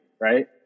right